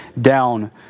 down